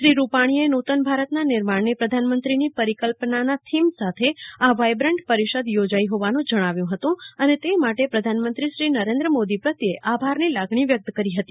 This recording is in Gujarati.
શ્રી રૂપાણીએ નૂતન ભારતના નિર્માણની પ્રધાનમંત્રીની પરિકલ્પનાના થીમ સાથે આ વાયબ્રન્ટ પરિષદ યોજાઇ હોવાનું જણાવ્યું હતું અને તે માટે પ્રધાનમંત્રી શ્રી નરેન્દ્ર મોદી પ્રત્યે આભારની લાગણી વ્યક્ત કરી હતી